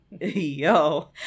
yo